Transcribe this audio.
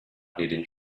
hidden